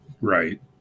Right